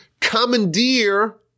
commandeer